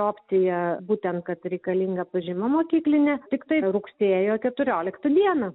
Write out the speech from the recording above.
opciją būtent kad reikalinga pažyma mokyklinė tiktai rugsėjo keturioliktą dieną